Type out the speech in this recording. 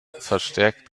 verstärkt